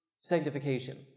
sanctification